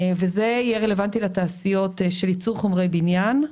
זה יהיה רלוונטי לתעשיות של ייצור חומרי בניין,